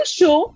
show